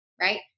right